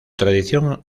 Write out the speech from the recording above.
tradición